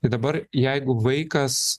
tai dabar jeigu vaikas